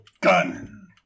Gun